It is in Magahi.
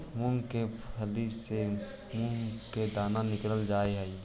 मूंग के फली से मुंह के दाना निकालल जा हई